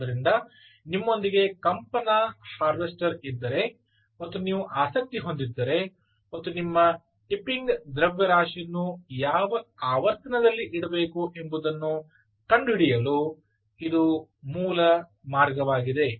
ಆದ್ದರಿಂದ ನಿಮ್ಮೊಂದಿಗೆ ಕಂಪನ ಹಾರ್ವೆಸ್ಟರ್ ಇದ್ದರೆ ಮತ್ತು ನೀವು ಆಸಕ್ತಿ ಹೊಂದಿದ್ದರೆ ಮತ್ತು ನಿಮ್ಮ ಟಿಪ್ಪಿಂಗ್ ದ್ರವ್ಯರಾಶಿಯನ್ನು ಯಾವ ಆವರ್ತನದಲ್ಲಿ ಇಡಬೇಕು ಎಂಬುದನ್ನು ಕಂಡುಹಿಡಿಯಲು ಇದು ಮೂಲ ಮಾರ್ಗವಾಗಿದೆ